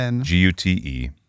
g-u-t-e